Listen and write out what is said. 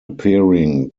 appearing